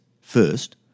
first